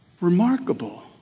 Remarkable